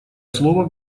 слово